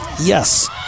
Yes